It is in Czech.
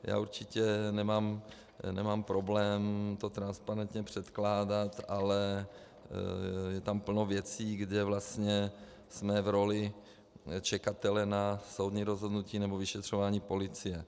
Já určitě nemám problém to transparentně předkládat, ale je tam plno věcí, kde jsme v roli čekatele na soudní rozhodnutí nebo vyšetřování policie.